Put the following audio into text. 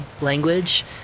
language